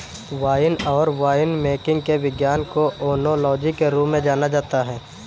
wine और winemaking के विज्ञान को ओनोलॉजी के रूप में जाना जाता है